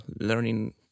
learning